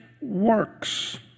works